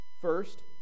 first